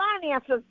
finances